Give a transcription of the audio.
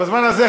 ובזמן הזה,